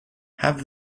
have